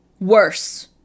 Worse